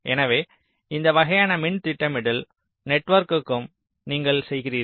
எனவே இந்த வகையான மின் திட்டமிடல் நெட்வொர்க்கும் நீங்கள் செய்கிறீர்கள்